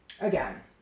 Again